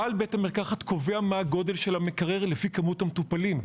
בעל בית המרקחת קובע מה הגודל של המקרר לפי כמות המטופלים.